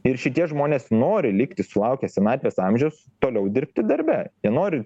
ir šitie žmonės nori likti sulaukę senatvės amžiaus toliau dirbti darbe jie nori